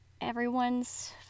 Everyone's